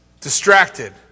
distracted